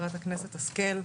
חברת הכנסת השכל.